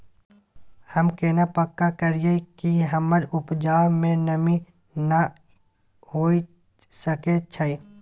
हम केना पक्का करियै कि हमर उपजा में नमी नय होय सके छै?